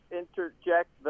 interject